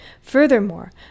Furthermore